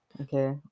Okay